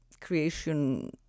creation